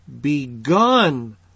begun